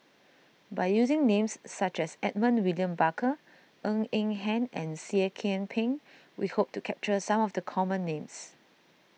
by using names such as Edmund William Barker Ng Eng Hen and Seah Kian Peng we hope to capture some of the common names